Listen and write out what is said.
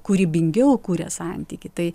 kūrybingiau kuria santykį tai